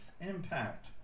impact